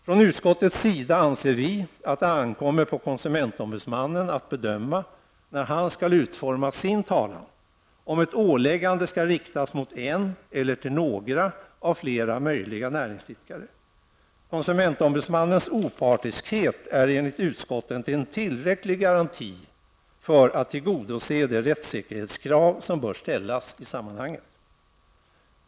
Från utskottets sida anser vi att det ankommer på konsumentombudsmannen att bedöma, när han skall utforma sin talan, om ett åläggande skall riktas mot en eller några av flera möjliga näringsidkare. Konsumentombudsmannens opartiskhet är enligt utskottet en tillräcklig garanti för att tillgodose de rättssäkerhetskrav som bör ställas i sammanhanget.